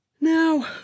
now